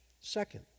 second